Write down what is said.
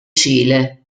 cile